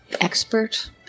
Expert